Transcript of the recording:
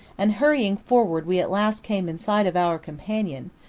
and hurrying forward we at last came in sight of our companion,